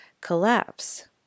collapse